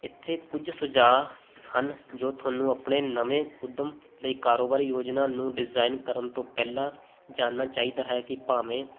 ਇੱਥੇ ਕੁਝ ਸੁਝਾਅ ਹਨ ਜੋ ਤੁਹਾਨੂੰ ਆਪਣੇ ਨਵੇਂ ਉੱਧਮ ਲਈ ਕਾਰੋਬਾਰ ਯੋਜਨਾ ਨੂੰ ਡਿਜ਼ਾਇਨ ਕਰਨ ਤੋਂ ਪਹਿਲਾਂ ਜਾਣਨਾ ਚਾਹੀਦਾ ਹੈ ਕਿ ਭਾਵੇਂ